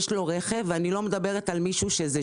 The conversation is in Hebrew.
יש לו רכב ואני לא מדברת על מישהו שיוצא